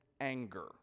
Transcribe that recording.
anger